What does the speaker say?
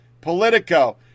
Politico